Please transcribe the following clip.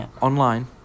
online